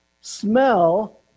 smell